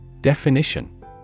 Definition